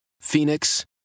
Phoenix